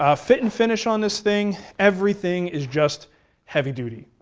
ah fit and finish on this thing, everything is just heavy duty.